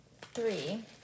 three